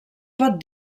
pot